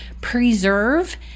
preserve